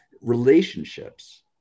Relationships